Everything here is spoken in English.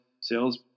sales